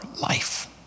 life